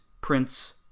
Prince